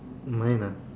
mine lah